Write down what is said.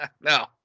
No